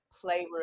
playroom